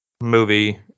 movie